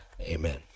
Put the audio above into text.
amen